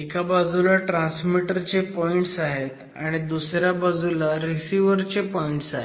एका बाजूला ट्रान्समीटर चे पॉईंट्स आहेत आणि दुसऱ्या बाजूला रिसिव्हर चे पॉईंट्स आहेत